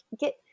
get